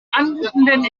anmutenden